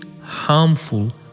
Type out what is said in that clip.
harmful